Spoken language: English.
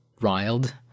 riled